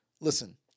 Listen